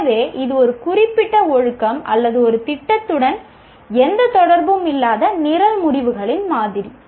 எனவே இது ஒரு குறிப்பிட்ட ஒழுக்கம் அல்லது ஒரு திட்டத்துடன் எந்த தொடர்பும் இல்லாத நிரல் முடிவுகளின் மாதிரி